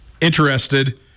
interested